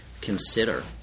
consider